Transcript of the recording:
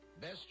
Best